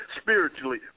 spiritually